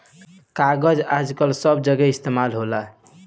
कागज आजकल सब जगह इस्तमाल होता